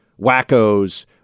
wackos